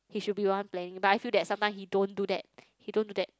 he should be the one planning but I feel that sometimes he don't do that he don't do that